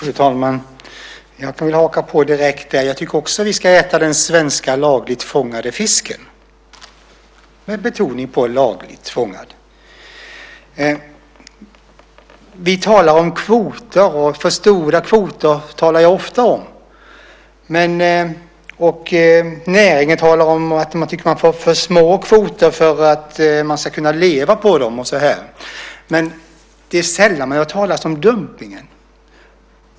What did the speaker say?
Fru talman! Jag får haka på direkt där: Jag tycker också att vi ska äta mer av den svenska lagligt fångade fisken - med betoning på lagligt fångade. Vi talar om kvoter, och för stora kvoter talar jag ofta om. Näringen tycker att man har för små kvoter för att man ska kunna leva. Men det är sällan man hör talas om dumpningen.